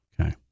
Okay